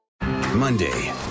Monday